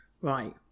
Right